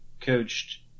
coached